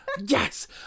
yes